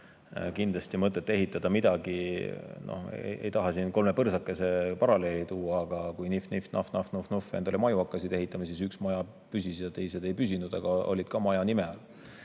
kindlasti mõtet ehitada midagi … Ei taha siin kolme põrsakese paralleeli tuua, aga kui Nihv-Nihv, Nuhv-Nuhv ja Nahv-Nahv endale maju hakkasid ehitama, siis üks maja püsis ja teised ei püsinud, aga olid ka maja nime